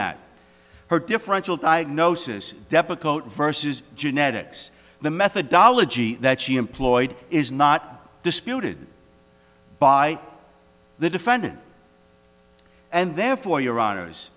that her differential diagnosis depakote versus genetics the methodology that she employed is not disputed by the defendant and therefore your hono